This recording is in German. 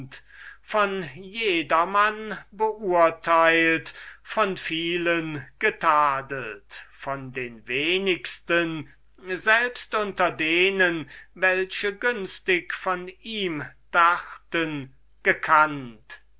von jedermann beurteilt von vielen getadelt und von den wenigsten selbst unter denen welche günstig von ihm dachten gekannt